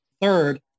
Third